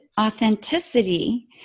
authenticity